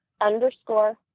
Underscore